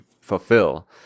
fulfill